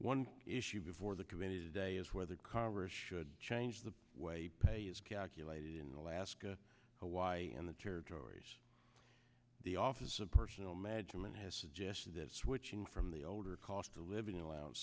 one issue before the committee today is whether congress should change the way pay is calculated in alaska hawaii and the territories the office of personnel management has suggested that switching from the older cost of living